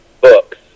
books